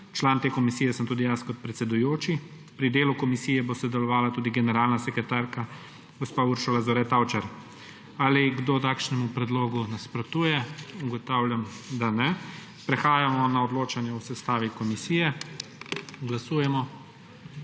Član te komisije sem tudi jaz kot predsedujoči. Pri delu komisije bo sodelovala tudi generalna sekretarka gospa Uršula Zore Tavčar. Ali kdo takšnemu predlogu nasprotuje? Ugotavljam, da ne. Prehajamo na odločanje o sestavi komisije. Glasujemo.